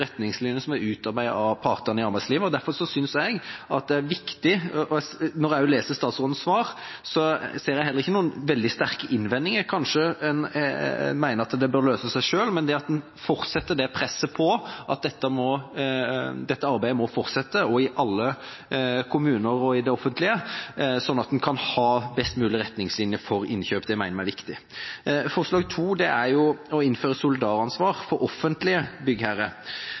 viktig – når jeg leser statsrådens svar, ser jeg heller ikke noen veldig sterke innvendinger, kanskje en mener at det bør løse seg selv – at en fortsetter presset på at dette arbeidet må fortsette, i alle kommuner og i det offentlige, sånn at en kan ha best mulige retningslinjer for innkjøp. Det mener vi er viktig. Forslag 2 er å innføre solidaransvar for offentlige